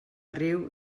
riu